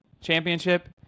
championship